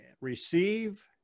receive